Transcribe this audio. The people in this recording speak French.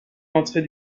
l’entrée